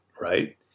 Right